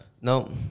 No